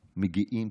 מגיעים,